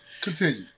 Continue